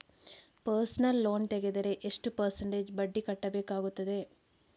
Personal loan ತೆಗೆದರೆ ಎಷ್ಟು percentage ಬಡ್ಡಿ ಕಟ್ಟಬೇಕಾಗುತ್ತದೆ?